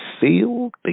sealed